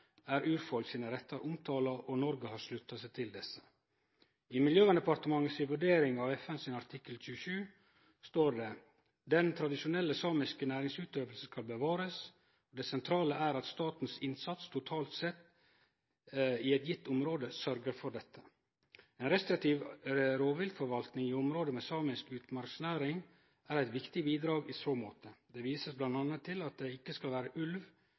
er urfolk sine rettar omtala, og Noreg har slutta seg til desse. I Miljøverndepartementets vurdering av FN-konvensjonens artikkel 27 står det: «Den tradisjonelle samiske næringsutøvelsen skal bevares, og det sentrale er at statens innsats totalt sett i et gitt område sørger for dette. En restriktiv rovviltforvaltning i områder med samisk utmarksnæring er et viktig bidrag i så måte. Det vises blant annet til at det ikke skal være ulv